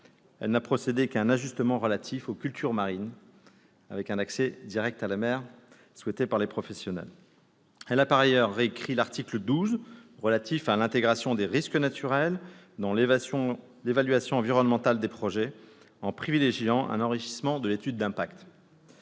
Elle n'a procédé qu'à un ajustement relatif aux cultures marines, avec un accès direct à la mer, comme le souhaitaient les professionnels. Elle a par ailleurs réécrit l'article 12 relatif à l'intégration des risques naturels dans l'évaluation environnementale des projets, en privilégiant un enrichissement de l'étude d'impact.